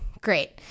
great